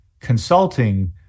Consulting